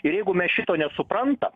ir jeigu mes šito nesuprantam